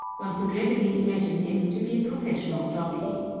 one could readily imagine him to be a professional jockey.